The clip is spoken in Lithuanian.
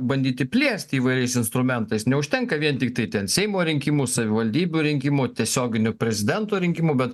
bandyti plėsti įvairiais instrumentais neužtenka vien tiktai ten seimo rinkimų savivaldybių rinkimų tiesioginių prezidento rinkimų bet